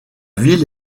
ville